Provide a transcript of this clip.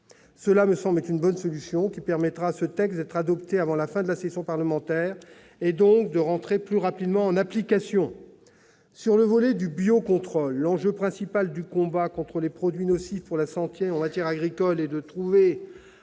Cela me semble être une bonne solution, qui permettra à ce texte d'être adopté avant la fin de la session parlementaire et donc d'entrer plus rapidement en application. Sur le volet du biocontrôle, l'enjeu principal du combat contre les produits nocifs pour la santé en matière agricole est de trouver